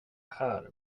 här